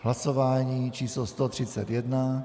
Hlasování číslo 131.